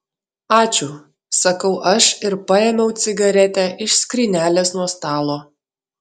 ačiū sakau aš ir paėmiau cigaretę iš skrynelės nuo stalo